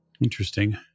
interesting